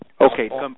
Okay